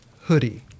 hoodie